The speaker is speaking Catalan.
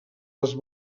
les